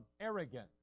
arrogant